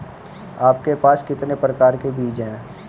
आपके पास कितने प्रकार के बीज हैं?